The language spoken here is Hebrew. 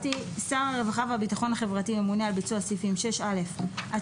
שר הרווחה והביטחון החברתי ממונה על ביצוע סעיפים 6א עד